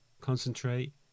concentrate